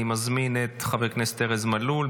אני מזמין את חבר הכנסת ארז מלול,